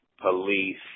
police